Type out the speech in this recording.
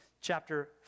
chapter